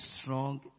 strong